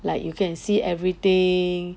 like you can see everything